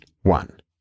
one